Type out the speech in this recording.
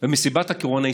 ומסיבת הקורונה הסתיימה.